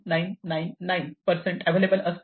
9999 percent available असते